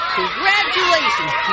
Congratulations